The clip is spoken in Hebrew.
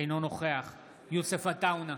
אינו נוכח יוסף עטאונה,